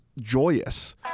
joyous